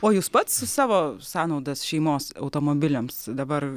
o jūs pats savo sąnaudas šeimos automobiliams dabar